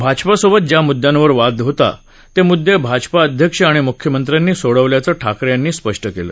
भाजपासोबत ज्या मुद्यांवरून वाद होता ते मुद्दे भाजप अध्यक्ष आणि मुख्यमंत्र्यांनी सोडवल्याचं ठाकरे यांनी स्पष्ट केलं